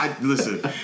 Listen